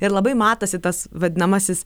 ir labai matosi tas vadinamasis